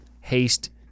haste